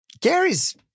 Gary's